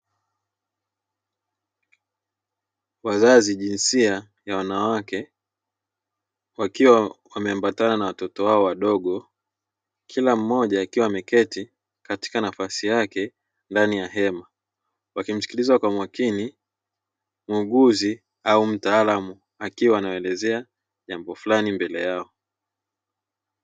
Wazazi jinsia ya wanawake wakiwa wame ambatana na watoto wao wadogo kila mmoja akiwa ameketi katika nafasi yake ndani ya hema wakimsikiliza kwa makini muuguzi au mtaalamu akiwa anawaelezea jambo fulani mbele yao.